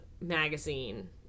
magazine